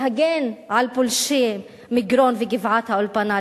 להגן על פולשי מגרון וגבעת-האולפנה,